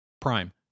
Prime